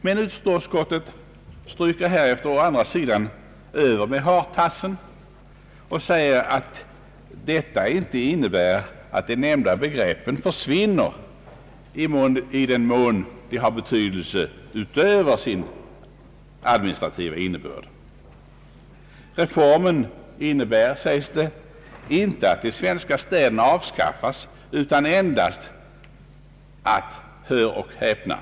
Men utskottet stryker härefter å andra sidan över med hartassen och säger att detta inte innebär att de nämnda begreppen försvinner i den mån de har betydelse utöver sin administrativa innebörd. Reformen innebär, sägs det, inte att de svenska städerna avskaffas utan att — hör och häpna!